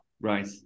Right